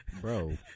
Bro